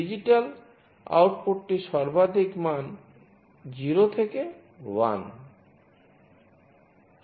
digital আউটপুটটির সর্বাধিক মান 0 থেকে 1